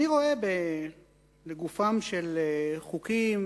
בגופם של חוקים